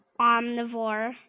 Omnivore